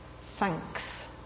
thanks